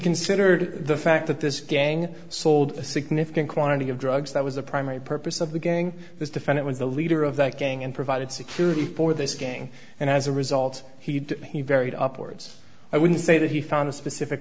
considered the fact that this gang sold a significant quantity of drugs that was a primary purpose of the gang this defendant was the leader of that gang and provided security for this gang and as a result he had to be varied upwards i wouldn't say that he found a specific